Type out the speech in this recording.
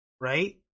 right